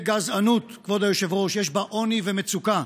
וגזענות, כבוד היושב-ראש, יש בה עוני ומצוקה,